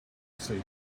satan